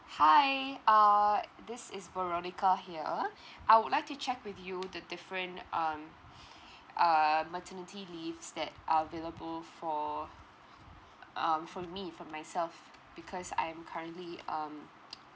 hi uh this is veronica here I would like to check with you the different um uh maternity leaves that are available for um for me for myself because I'm currently um